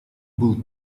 был